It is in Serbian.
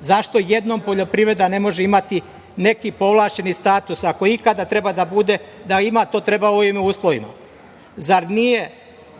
Zašto jednom poljoprivreda ne može imati neki povlašćeni status? Ako ikada treba da ima, to treba u ovim uslovima. Mini